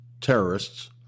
terrorists